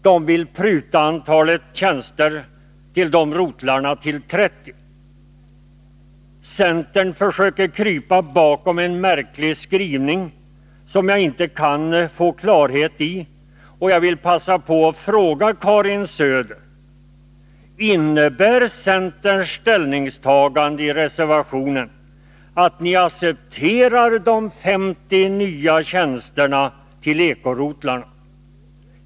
De vill pruta antalet tjänster till dessa rotlar till 30. Centern försöker krypa bakom en märklig skrivning, som jag inte kan få klarhet i. Jag vill passa på och fråga Karin Söder: Innebär centerns ställningstagande i reservationen att ni accepterar de 50 nya tjänsterna till eko-rotlarna?